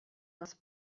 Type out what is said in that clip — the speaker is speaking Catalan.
les